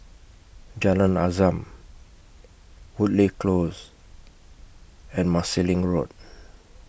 Jalan Azam Woodleigh Close and Marsiling Road